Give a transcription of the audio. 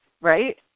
Right